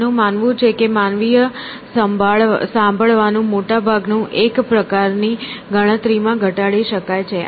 તેમનું માનવું છે કે માનવીય સાંભળવાનું મોટા ભાગનું એક પ્રકારની ગણતરીમાં ઘટાડી શકાય છે